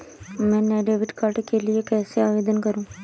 मैं नए debit card के लिए कैसे आवेदन करूं?